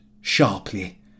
sharply